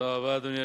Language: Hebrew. אדוני היושב-ראש,